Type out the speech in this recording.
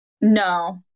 No